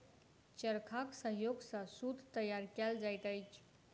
चरखाक सहयोग सॅ सूत तैयार कयल जाइत अछि